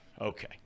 okay